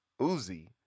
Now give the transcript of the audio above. Uzi